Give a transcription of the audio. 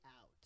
out